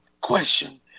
Question